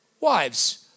wives